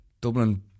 Dublin